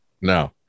No